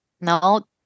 No